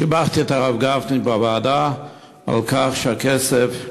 שיבחתי את הרב גפני בוועדה על כך שידאג